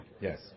Yes